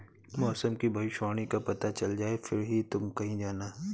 मौसम की भविष्यवाणी का पता चल जाए फिर ही तुम कहीं जाना